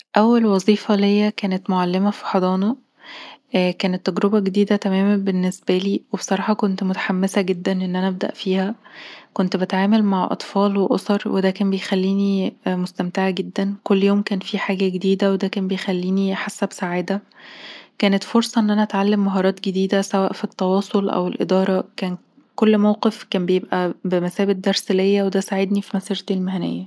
أول وظيفة ليا كانت معلمة في حضانه كانت تجربة جديدة تمامًا بالنسبة لي، وبصراحة كنت متحمسة جدًا ان انا أبدأ فيهاكنت بتعامل مع أطفال وأسر، وده كان بيخليني مستمتعه جدًا. كل يوم كان فيه حاجة جديدة، وده كان بيخليني حاسه بسعادة، كانت فرصة ان انا اتعلم مهارات جديدة، سواء في التواصل أو الإدارة. كان كل موقف كان بيبقي بمثابة درس ليا، وده ساعدني في مسيرتي المهنية